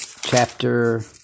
chapter